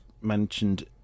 mentioned